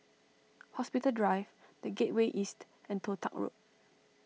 Hospital Drive the Gateway East and Toh Tuck Road